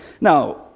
Now